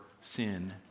sin